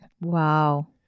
wow